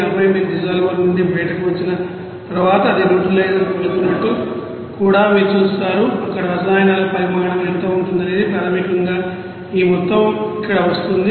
ఆపై మీరు డిసోల్వర్ నుండి బయటకు వచ్చిన తర్వాత అది ఆ న్యూట్రలైజర్కు వెళుతున్నట్లు కూడా చూస్తారు అక్కడ రసాయనాల పరిమాణం ఎంత ఉంటుందనేది ప్రాథమికంగా ఈ మొత్తం ఇక్కడ వస్తోంది